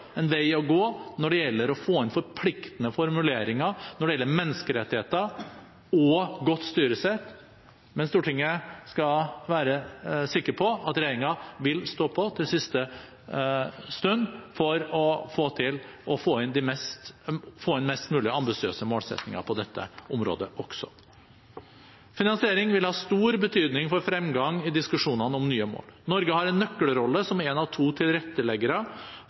en vei å gå for å få inn forpliktende formuleringer når det gjelder menneskerettigheter og godt styresett. Stortinget skal være sikker på at regjeringen vil stå på til siste slutt for å få inn mest mulig ambisiøse målsettinger på dette området også. Finansering vil ha stor betydning for fremgang i diskusjonene om nye mål. Norge har en nøkkelrolle som en av to tilretteleggere